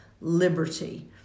liberty